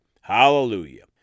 Hallelujah